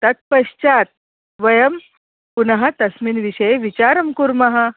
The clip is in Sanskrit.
तत् पश्चात् वयं पुनः तस्मिन् विषये विचारं कुर्मः